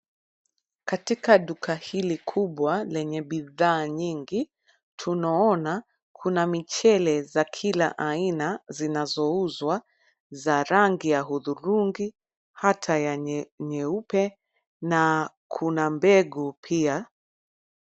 Katika duka hili kubwa, lenye bidhaa nyingi, tunaona kuna michele za kila aina, zinazouzwa, za rangi ya hudhurungi, hata ya nyeupe, na kuna mbengu pia.